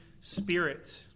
Spirit